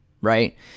right